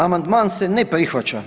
Amandman se ne prihvaća.